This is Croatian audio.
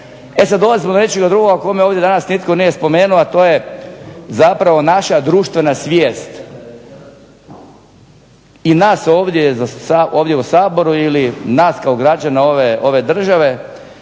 E sad dolazimo do nečega drugoga o kome ovdje danas nitko nije spomenuo, a to je zapravo naša društvena svijest i nas ovdje u Saboru ili nas kao građana ove države